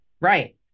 Right